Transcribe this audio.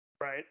Right